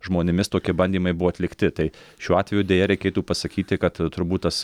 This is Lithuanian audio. žmonėmis tokie bandymai buvo atlikti tai šiuo atveju deja reikėtų pasakyti kad turbūt tas